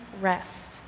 rest